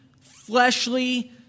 fleshly